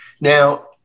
Now